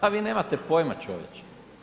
Pa vi nemate pojma, čovječe.